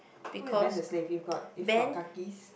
who is Ben the slave you've got you've got kakis